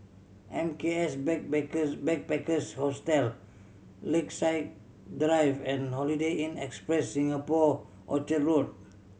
M K S Backpackers Backpackers Hostel Lakeside Drive and Holiday Inn Express Singapore Orchard Road